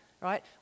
right